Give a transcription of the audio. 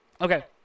Okay